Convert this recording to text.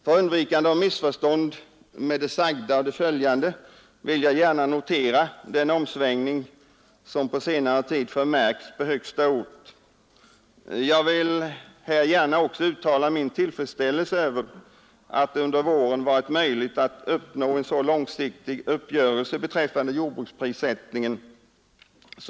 För undvikande av missförstånd med det sagda och följande vill jag gärna notera den omsvängning som har förmärkts på högsta ort. Jag vill här gärna också uttala min tillfredsställelse över att det under våren var möjligt att uppnå en så långsiktig uppgörelse beträffande jordbruksprissättningen.